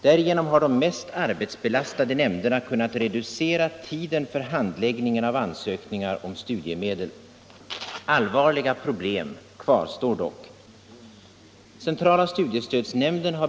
Därigenom har de mest arbetsbelastade nämnderna kunnat: reducera tiden för handläggningen av ansökningar om studiemedel. Allvarliga problem kvarstår dock.